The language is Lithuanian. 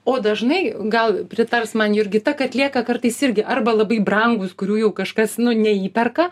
o dažnai gal pritars man jurgita kad lieka kartais irgi arba labai brangūs kurių jau kažkas nu neįperka